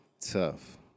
tough